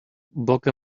boca